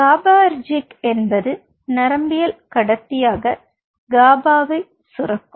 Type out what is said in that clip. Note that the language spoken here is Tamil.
GABAergic என்பது நரம்பியக்கடத்தியாக காபாவை சுரக்கும்